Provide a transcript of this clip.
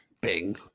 Bing